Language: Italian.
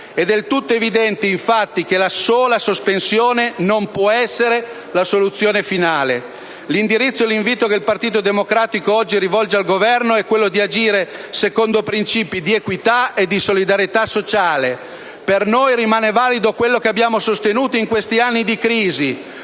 È del tutto evidente, infatti, che la sola sospensione non può essere la soluzione finale. L'indirizzo e l'invito che oggi il Partito democratico rivolge al Governo è quello di agire secondo principi di equità e di solidarietà sociale. Per noi rimane valido quanto sostenuto in questi anni di crisi: